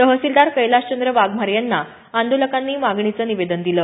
तहसीलदार कैलाशचंद्र वाघमारे यांना आंदोलकांनी मागणीचं निवेदन दिलं